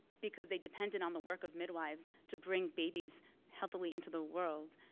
because they depended on the work of midwives to bring babies healthily into the world.